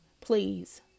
please